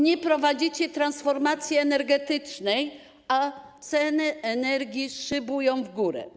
Nie prowadzicie transformacji energetycznej, a ceny energii szybują w górę.